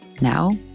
Now